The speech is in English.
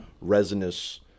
resinous